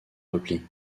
repli